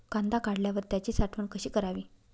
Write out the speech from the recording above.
कांदा काढल्यावर त्याची साठवण कशी करावी?